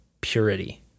purity